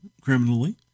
criminally